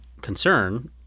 concern